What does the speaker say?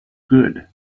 good